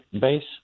base